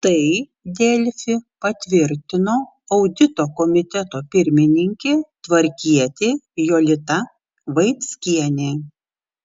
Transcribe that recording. tai delfi patvirtino audito komiteto pirmininkė tvarkietė jolita vaickienė